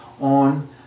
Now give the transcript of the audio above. on